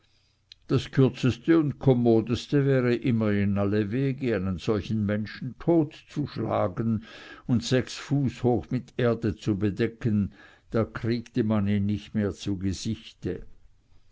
das kürzeste und kommodeste wäre immer in alle wege einen solchen menschen totzuschlagen und sechs fuß hoch mit erde zu bedecken da kriegte man ihn nicht mehr zu gesichte